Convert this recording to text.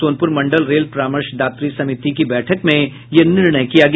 सोनपुर मंडल रेल परामर्शदात समिति की बैठक में यह निर्णय किया गया